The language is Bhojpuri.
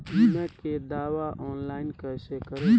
बीमा के दावा ऑनलाइन कैसे करेम?